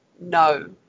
no